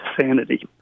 sanity